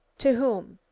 to whom?